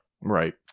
Right